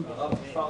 נעבור לרב לורנס סלצר